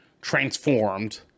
transformed